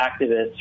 activists